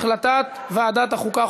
החלטת ועדת החוקה,